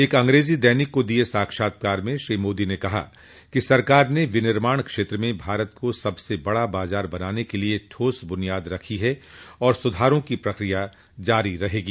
एक अंग्रेजी दैनिक को दिए साक्षात्कार में श्री मोदी ने कहा कि सरकार ने विनिर्माण क्षेत्र में भारत को सबसे बडा बाजार बनाने के लिए ठोस बुनियाद रखी है और सुधारा की प्रक्रिया जारी रहेगी